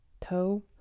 toe